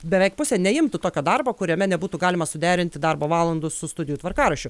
beveik pusė neimtų tokio darbo kuriame nebūtų galima suderinti darbo valandų su studijų tvarkaraščiu